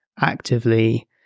actively